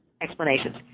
explanations